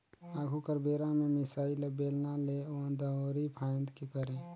आघु कर बेरा में मिसाई ल बेलना ले, दंउरी फांएद के करे